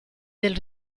del